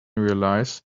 realize